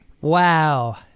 Wow